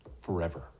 forever